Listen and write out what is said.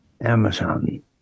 Amazon